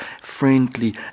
friendly